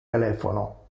telephono